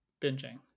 binging